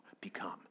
become